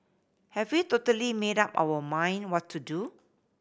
have we totally made up our mind what to do